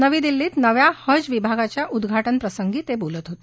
नवी दिल्लीत नव्या हज विभागाच्या उद्दाटनप्रसंगी ते बोलत होते